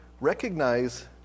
recognize